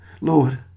Lord